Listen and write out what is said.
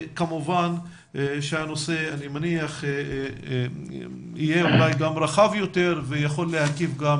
מניח שהנושא יהיה רחב יותר יכול להקיף גם